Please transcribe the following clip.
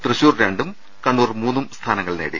തൃശൂർ രണ്ടും കണ്ണൂർ മൂന്നും സ്ഥാനങ്ങൾ നേടി